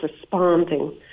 responding